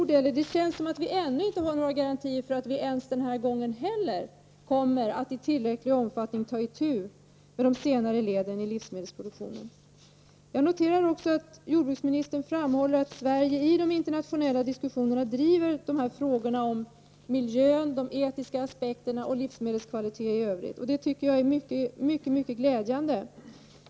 Det känns som att vi ännu inte har några garantier för att vi ens den här gången kommer att i tillräcklig omfattning ta itu med de senare leden i livsmedelsproduktionen. Jag noterar också att jordbruksministern framhåller att Sverige i de internationella diskussionerna driver frågorna om miljön, de etiska aspekterna och livsmedelskvalitet i övrigt. Det tycker jag är mycket glädjande.